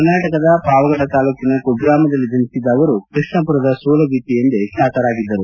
ಕರ್ನಾಟಕದ ಪಾವಗಡ ತಾಲೂಕಿನ ಕುಗ್ರಾಮದಲ್ಲಿ ಜನಿಸಿದ್ದ ಅವರು ಕೃಷ್ಣಾಮರದ ಸೂಲಗಿತ್ತಿ ಎಂದೇ ಬ್ಲಾತರಾಗಿದ್ದರು